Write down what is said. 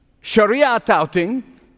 sharia-touting